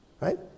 Right